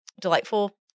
delightful